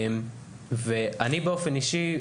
באופן אישי,